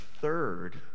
third